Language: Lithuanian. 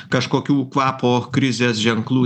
kažkokių kvapo krizės ženklų